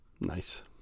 Nice